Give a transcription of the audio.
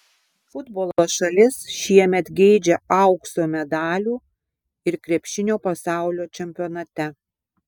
futbolo šalis šiemet geidžia aukso medalių ir krepšinio pasaulio čempionate